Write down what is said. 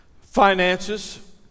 Finances